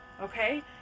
okay